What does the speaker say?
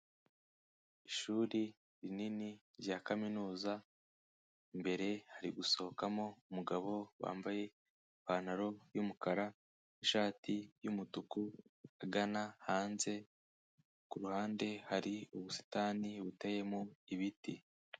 Ishuri rinini rya kaminuza, imbere hari gusohokamo umugabo wambaye ipantaro y'umukara n'ishati y'umutuku, ahagana hanze ku ruhande hari ubusitani buteyemo ibiti.